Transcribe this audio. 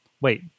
Wait